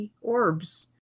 orbs